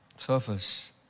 Surface